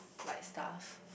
like stuff